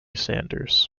sanders